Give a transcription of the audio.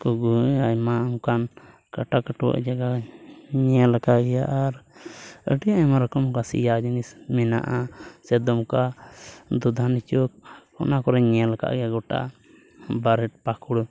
ᱠᱚᱜᱮ ᱟᱭᱢᱟ ᱚᱱᱠᱟᱱ ᱠᱟᱴᱟ ᱠᱟᱹᱴᱩᱣᱟᱹᱜ ᱡᱟᱭᱜᱟ ᱧᱮᱞ ᱟᱠᱟᱫ ᱜᱮᱭᱟ ᱟᱨ ᱟᱹᱰᱤ ᱟᱭᱢᱟ ᱨᱚᱠᱚᱢ ᱚᱱᱠᱟ ᱥᱮᱭᱟ ᱡᱤᱱᱤᱥ ᱢᱮᱱᱟᱜᱼᱟ ᱥᱮ ᱫᱩᱢᱠᱟ ᱫᱩᱫᱷᱟᱱᱤᱪᱩᱠ ᱚᱱᱟ ᱠᱚᱨᱮᱧ ᱧᱮᱞ ᱟᱠᱟᱫ ᱜᱮᱭᱟ ᱜᱚᱴᱟ ᱵᱟᱨᱦᱮᱴ ᱯᱟᱹᱠᱩᱲ